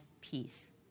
peace